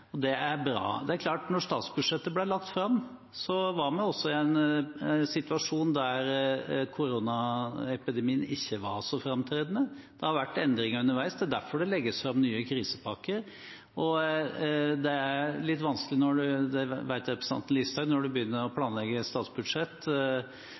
Det er bra. Det er klart at da statsbudsjettet ble lagt fram, var vi i en situasjon der koronapandemien ikke var så framtredende. Det har vært endringer underveis, det er derfor det legges fram nye krisepakker. Det er litt vanskelig – det vet representanten Listhaug: Når en begynner å